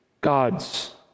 God's